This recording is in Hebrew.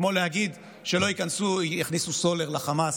כמו להגיד שלא יכניסו סולר לחמאס,